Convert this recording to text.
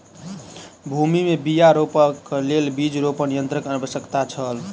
भूमि में बीया रोपअ के लेल बीज रोपण यन्त्रक आवश्यकता छल